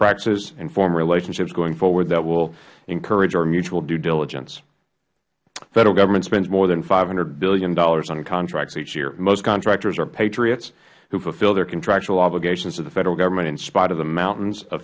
practices and form relationships going forward that will encourage our mutual due diligence the federal government spends more than five hundred dollars billion on contracts each year most contractors are patriots who fulfill their contractual obligations to the federal government in spite of the mountains